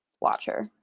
watcher